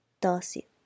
Darcy